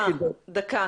יש לך דקה.